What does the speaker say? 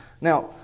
Now